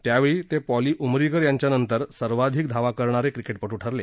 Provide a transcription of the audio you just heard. त्यावेळी ते पॉली उमरीगर यांच्यानंतर सर्वाधिक धावा करणारे क्रिकेटपटू ठरले